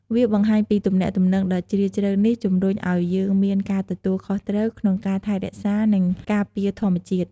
វាបង្ហាញពីទំនាក់ទំនងដ៏ជ្រាលជ្រៅនេះជំរុញឲ្យយើងមាន ការទទួលខុសត្រូវ ក្នុងការថែរក្សា និងការពារធម្មជាតិ។